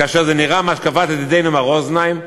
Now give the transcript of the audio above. "כאשר זה נראה מהשקפת ידידנו מר רוזנהיים,